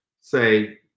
say